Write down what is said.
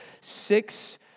six